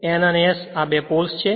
N અને S આ બે પોલ્સ છે